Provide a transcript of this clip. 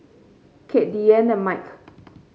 Kade Diane and Mike